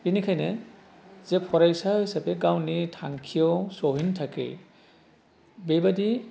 बिनिखायनो जे फरायसा हिसाबै गावनि थांखियाव सहैनो थाखाय बेबादि